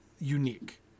unique